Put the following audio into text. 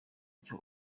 icyo